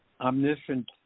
omniscient